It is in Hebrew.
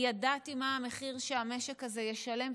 כי ידעתי מה המחיר שהמשק הזה ישלם,